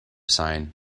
sign